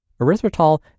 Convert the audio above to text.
erythritol